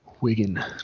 Wigan